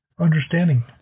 understanding